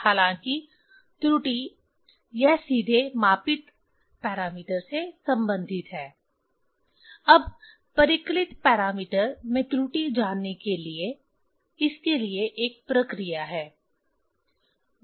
हालांकि त्रुटि यह सीधे मापित पैरामीटर से संबंधित है अब परिकलित पैरामीटर में त्रुटि जानने के लिए इसके लिए एक प्रक्रिया है